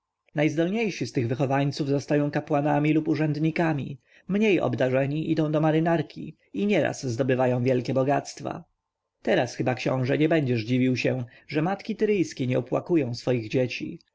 kształci najzdolniejsi z tych wychowańców zostają kapłanami lub urzędnikami mniej obdarzeni idą do marynarki i nieraz zdobywają wielkie bogactwa teraz chyba książę nie będziesz dziwił się że matki tyryjskie nie opłakują swoich dzieci